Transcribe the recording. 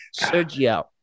Sergio